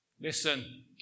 Listen